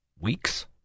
weeks